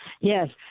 Yes